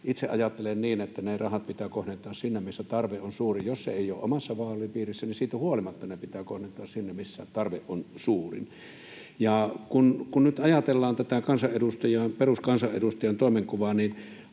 itse ajattelen niin, että ne rahat pitää kohdentaa sinne, missä tarve on suurin. Jos se ei ole omassa vaalipiirissä, niin siitä huolimatta ne pitää kohdentaa sinne, missä tarve on suurin. Ja kun nyt ajatellaan tätä peruskansanedustajan toimenkuvaa, niin